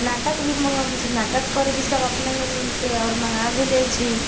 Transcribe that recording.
नाटक भी मंगेबै छै नाटक करय छै सब अपना मे मिलिके आओर मँगा भी लय छै